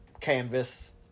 canvas